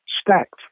stacked